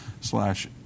slash